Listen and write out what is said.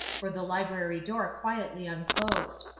for the library door quietly unclosed.